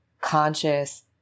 conscious